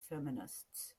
feminists